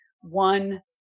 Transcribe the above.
one